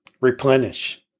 replenish